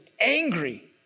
angry